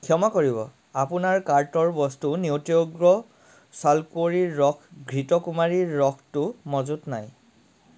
ক্ষমা কৰিব আপোনাৰ কাৰ্টৰ বস্তু নিউট্ৰিঅগ্ৰ' ছালকুঁৱৰীৰ ৰস ঘৃতকুমাৰীৰ ৰসটো মজুত নাই